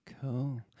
Cool